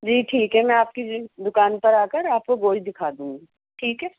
جی ٹھیک ہے میں آپ کی جی دکان پر آ کر آپ کو گوش دکھا دوں گی ٹھیک ہے